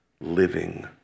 living